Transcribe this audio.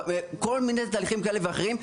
כל מיני תהליכים כאלה ואחרים.